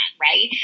right